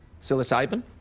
psilocybin